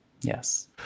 Yes